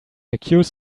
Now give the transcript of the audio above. accuse